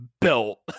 built